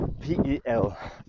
P-E-L